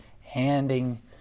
handing